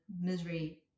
misery